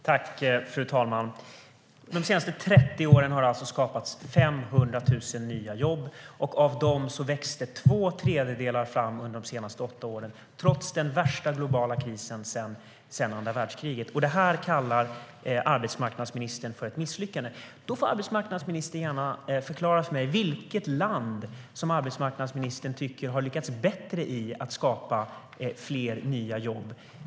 Fru talman! De senaste 30 åren har det skapats 500 000 nya jobb. Av dem växte två tredjedelar fram under de senaste åtta åren, trots den värsta globala krisen sedan andra världskriget. Det kallar arbetsmarknadsministern för ett misslyckande. Arbetsmarknadsministern får gärna förklara för mig vilket land hon tycker har lyckats bättre med att skapa fler nya jobb.